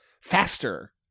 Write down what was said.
faster